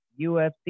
UFC